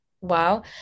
wow